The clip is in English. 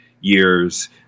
years